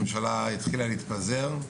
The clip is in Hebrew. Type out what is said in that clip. הממשלה התחילה להתפזר.